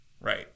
right